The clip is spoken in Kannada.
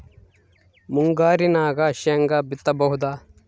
ಮುಂಗಾರಿನಾಗ ಶೇಂಗಾ ಬಿತ್ತಬಹುದಾ?